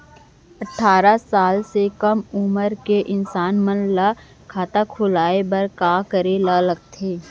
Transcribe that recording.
अट्ठारह साल से कम उमर के इंसान मन ला खाता खोले बर का करे ला लगथे?